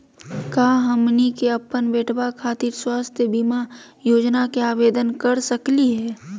का हमनी के अपन बेटवा खातिर स्वास्थ्य बीमा योजना के आवेदन करे सकली हे?